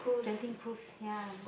Genting cruise sia